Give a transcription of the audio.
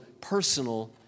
personal